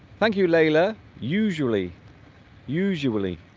thank you leila usually usually